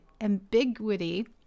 ambiguity